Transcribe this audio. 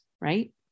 right